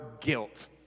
guilt